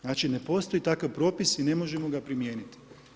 Znači ne postoji takav propis i ne možemo ga primijeniti.